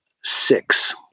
six